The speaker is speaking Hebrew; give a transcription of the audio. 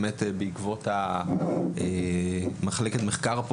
בעקבות מחלקת המחקר,